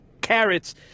carrots